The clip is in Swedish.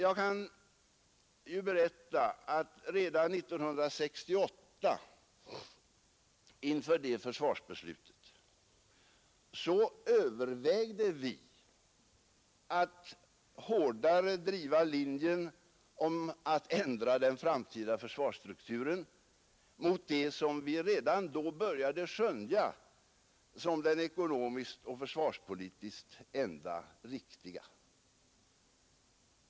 Jag kan berätta att vi redan inför 1968 års försvarsbeslut övervägde att hårdare driva linjen om att ändra den framtida försvarsstrukturen i den riktning som vi redan då började skönja som den ekonomiskt och försvarspolitiskt enda riktiga.